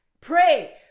Pray